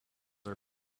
are